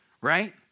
right